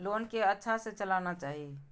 Loan के अच्छा से चलाना चाहि?